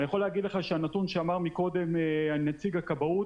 אני יכול להגיד לך שהנתון שאמר קודם נציג הכבאות